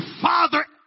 father